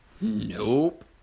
Nope